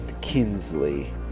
Kinsley